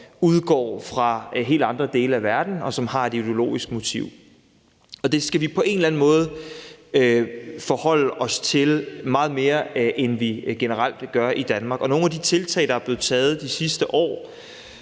udgår fra helt andre dele af verden, og som har et ideologisk motiv. Det skal vi på en eller anden måde forholde os meget mere til, end vi generelt gør i Danmark. Nogle af de tiltag, der er blevet gjort de sidste